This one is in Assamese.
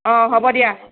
অঁ হ'ব দিয়া